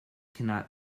cannot